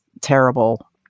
terrible